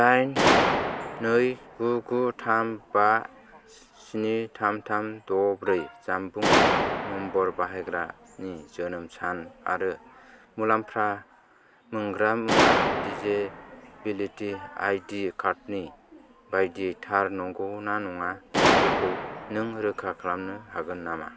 दाइन नै गु गु थाम बा स्नि थाम थाम द' ब्रै जानबुं नम्बर बाहायग्रानि जोनोम सान आरो मुलाम्फा मोनग्रा मुङा डिजेबिलिटि आईडि कार्डनि बायदियै थार नंगौना नङा बेखौ नों रोखा खालामनो हागोन नामा